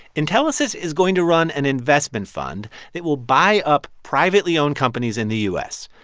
intellisys is going to run an investment fund that will buy up privately owned companies in the u s.